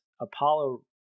Apollo